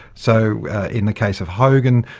so in the case of hogan,